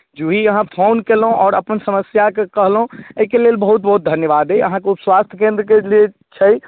जूही अहाँ फोन केलहुँ आओर अपन समस्याकेँ कहलहुँ एहिके लेल बहुत बहुत धन्यवाद अइ अहाँकेँ उपस्वास्थ्य केन्द्र जे छै